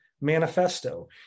manifesto